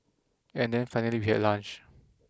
and then finally we had lunch